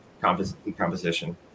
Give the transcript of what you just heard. composition